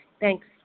thanks